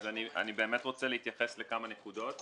אני באמת רוצה להתייחס לכמה נקודות.